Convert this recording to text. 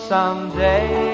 Someday